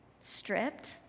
stripped